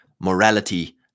morality